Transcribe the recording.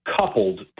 coupled